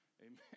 Amen